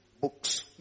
books